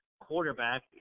quarterback